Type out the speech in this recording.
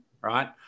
right